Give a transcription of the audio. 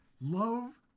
love